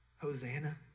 Hosanna